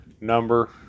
number